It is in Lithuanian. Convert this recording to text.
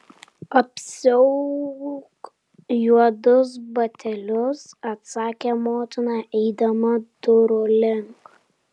apsiauk juodus batelius atsakė motina eidama durų link